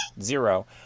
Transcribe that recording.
zero